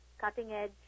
cutting-edge